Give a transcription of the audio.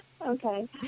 Okay